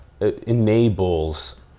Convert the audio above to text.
enables